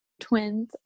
twins